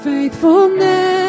Faithfulness